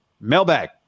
mailbag